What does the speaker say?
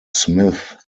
smith